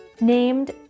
named